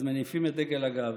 ואז מניפים את דגל הגאווה,